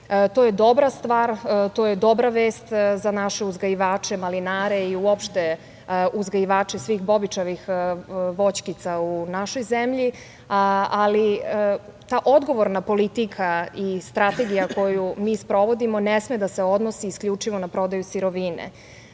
To je dobra stvar, to je dobra vest za naše uzgajivače malinare i uopšte uzgajivače svih bobičavih voćkica u našoj zemlji, ali ta odgovorna politika i strategija koju mi sprovodimo ne sme da se odnosi isključivo na prodaju sirovine.